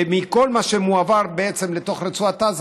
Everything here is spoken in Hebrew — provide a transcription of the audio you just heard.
בעצם מכל מה שמועבר לתוך רצועת עזה,